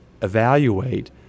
evaluate